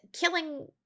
Killing